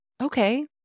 okay